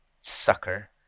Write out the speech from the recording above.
sucker